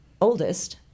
oldest